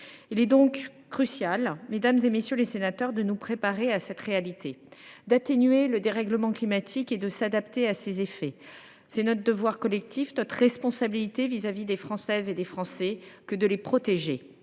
Il est donc crucial, mesdames, messieurs les sénateurs, de nous préparer à cette réalité, d’atténuer le dérèglement climatique et de s’adapter à ses effets. C’est notre devoir collectif et notre responsabilité de protéger les Françaises et les Français. À cet effet,